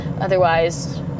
Otherwise